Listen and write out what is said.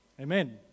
Amen